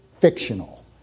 fictional